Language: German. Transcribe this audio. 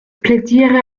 plädiere